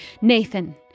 Nathan